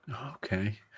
okay